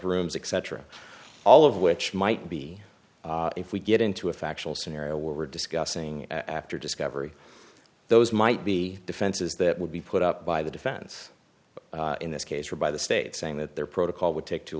rooms etc all of which might be if we get into a factual scenario where we're discussing after discovery those might be defenses that would be put up by the defense in this case or by the state saying that their protocol would take too